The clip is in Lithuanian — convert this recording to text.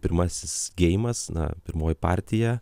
pirmasis geimas na pirmoji partija